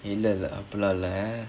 இல்லல்ல அப்டிலாம் இல்ல:illalla apdilaam illa